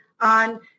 on